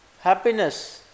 Happiness